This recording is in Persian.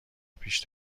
پیش